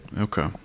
Okay